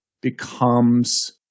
becomes